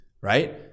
right